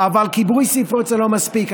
אבל כיבוי שרפות זה לא מספיק.